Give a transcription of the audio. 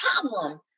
problem